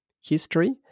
history